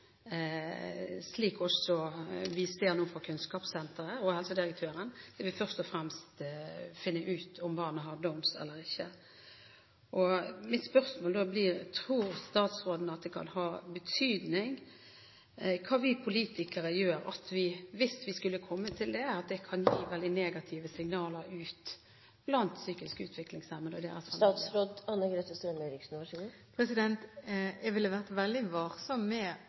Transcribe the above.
slik man nå også ser det fra Kunnskapssenteret og fra helsedirektøren, vil først og fremst vise om barnet har Downs eller ikke. Mitt spørsmål blir: Tror statsråden at det kan ha betydning hva vi politikere gjør, at hvis vi skulle komme til det, kan det gi veldig negative signaler ut til psykisk utviklingshemmede og deres pårørende? Jeg ville være veldig varsom med å direktekoble et ønske om tidlig ultralyd med